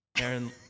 Aaron